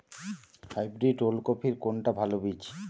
Hybrid ওল কপির কোনটি ভালো বীজ?